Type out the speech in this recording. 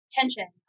tension